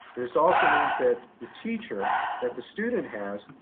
this also means that the teacher that the student has,